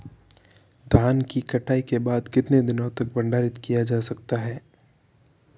धान की कटाई के बाद कितने दिनों तक भंडारित किया जा सकता है?